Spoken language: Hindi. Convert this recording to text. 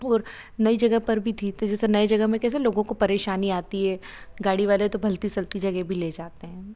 और नई जगह पर भी थी तो जैसे नए जगह में कैसे लोगों को परेशानी आती है गाड़ी वाले तो भलती सलती जगह भी ले जाते हैं